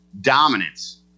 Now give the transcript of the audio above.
dominance